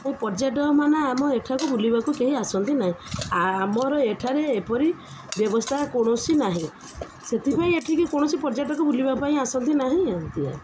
ଏ ପର୍ଯ୍ୟଟକମାନେ ଆମ ଏଠାକୁ ବୁଲିବାକୁ କେହି ଆସନ୍ତି ନାହିଁ ଆ ଆମର ଏଠାରେ ଏପରି ବ୍ୟବସ୍ଥା କୌଣସି ନାହିଁ ସେଥିପାଇଁ ଏଠିକି କୌଣସି ପର୍ଯ୍ୟଟକ ବୁଲିବା ପାଇଁ ଆସନ୍ତି ନାହିଁ ଆଉ